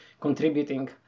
contributing